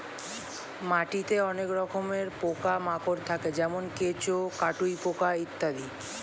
মাটিতে অনেক রকমের পোকা মাকড় থাকে যেমন কেঁচো, কাটুই পোকা ইত্যাদি